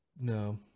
no